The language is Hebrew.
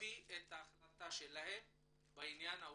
להקפיא את ההחלטה בעניין האולפנים.